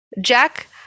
Jack